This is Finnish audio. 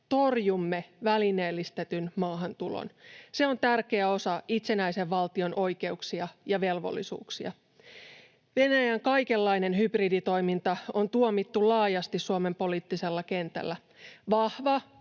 torjumme välineellistetyn maahantulon. Se on tärkeä osa itsenäisen valtion oikeuksia ja velvollisuuksia. Venäjän kaikenlainen hybriditoiminta on tuomittu laajasti Suomen poliittisella kentällä. Vahva